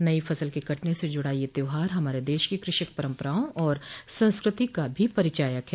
नई फसल के कटने से जुड़ा यह त्यौहार हमारे देश की कृषक परम्पराओं और संस्कृति का भी परिचायक है